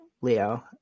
leo